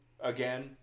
again